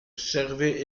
servaient